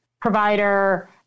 provider